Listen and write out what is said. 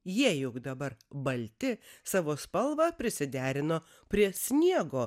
jie juk dabar balti savo spalvą prisiderino prie sniego